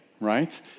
right